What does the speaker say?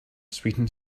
sweden